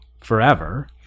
forever